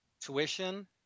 tuition